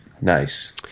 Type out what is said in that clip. Nice